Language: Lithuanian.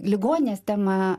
ligoninės tema